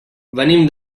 venim